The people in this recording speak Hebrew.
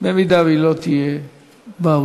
אם היא לא תהיה באולם,